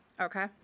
okay